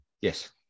Yes